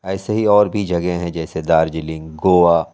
ایسے ہی اور بھی جگہیں ہیں جیسے دارجلنگ گووا